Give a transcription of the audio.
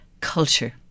culture